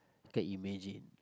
can imagine